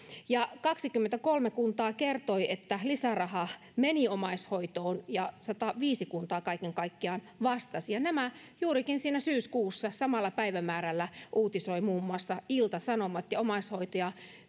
kaksikymmentäkolme kuntaa kertoi että lisäraha meni omaishoitoon ja sataviisi kuntaa kaiken kaikkiaan vastasi nämä juurikin siinä syyskuussa samalla päivämäärällä asiasta uutisoi muun muassa ilta sanomat ja omaishoitaja